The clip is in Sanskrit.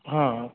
हा